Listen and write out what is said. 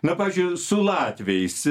na pavyzdžiui su latviais